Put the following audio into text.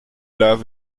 love